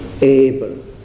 able